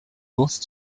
both